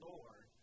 Lord